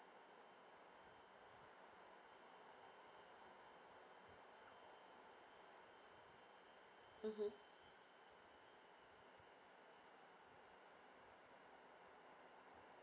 mmhmm